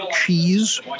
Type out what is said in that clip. cheese